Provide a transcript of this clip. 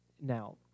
Now